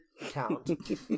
count